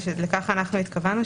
ולכך אנחנו התכוונו,